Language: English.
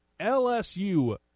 LSU